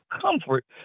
comfort